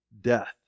death